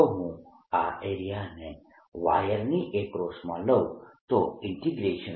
જો હું આ એરિયાને વાયરની એક્રોસમાં લઉં તો J